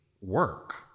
work